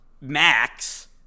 Max